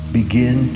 begin